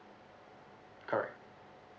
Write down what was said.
correct